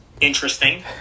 interesting